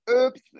Oops